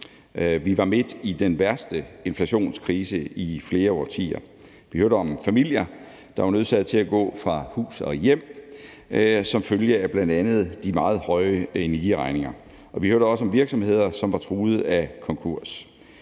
Vi var midt i den værste inflationskrise i flere årtier. Vi hørte om familier, der var nødsaget til at gå fra hus og hjem som følge af bl.a. de meget høje energiregninger. Vi hørte også om virksomheder, som var truet af konkurs.